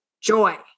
joy